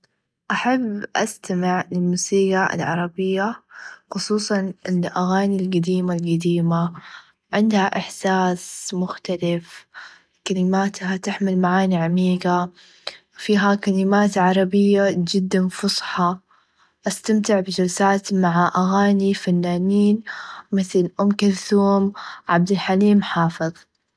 أحب استمع للموسيقى العربيه خصوصا الأغاني القديمه القديمه عندها إحساس مختلف كليماتها تحمل معاني عميقه فيها كليمات عربيه چدا فصحى أستمتع بچلسات مع أغاني فنانين مثل أم كلثوم عبد الحليم حافظ.